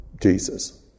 Jesus